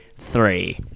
three